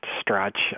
stretch